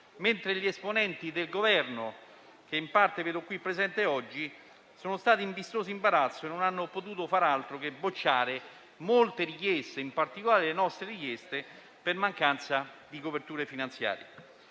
mentre gli esponenti dell'Esecutivo, che in parte vedo presenti oggi, sono stati in vistoso imbarazzo e non hanno potuto far altro che bocciare molte richieste, in particolare le nostre, per mancanza di coperture finanziarie.